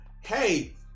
hey